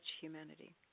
humanity